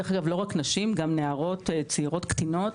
אגב לא רק נשים גם נערות צעירות קטינות,